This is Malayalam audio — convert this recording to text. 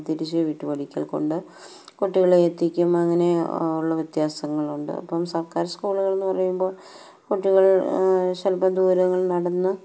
തിരിച്ച് വീട്ടുപടിക്കല് കൊണ്ട് കുട്ടികളെ എത്തിക്കും അങ്ങനെയുള്ള വ്യത്യാസങ്ങളുണ്ട് അപ്പം സർക്കാർ സ്കൂളുകളെന്ന് പറയുമ്പോള് കുട്ടികൾ ചിലപ്പോള് ദൂരങ്ങൾ നടന്ന്